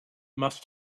must